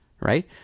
Right